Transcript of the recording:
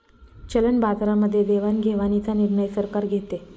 चलन बाजारामध्ये देवाणघेवाणीचा निर्णय सरकार घेते